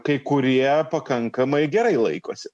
kai kurie pakankamai gerai laikosi